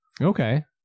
Okay